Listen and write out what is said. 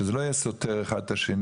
שזה לא יהיה סותר אחד את השני.